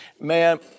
man